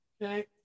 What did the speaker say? okay